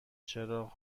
چراغ